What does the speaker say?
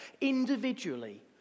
individually